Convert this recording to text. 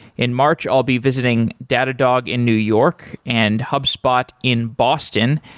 in march, i'll be visiting datadog in new york and hubspot in boston,